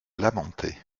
lamentait